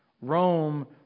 Rome